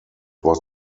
was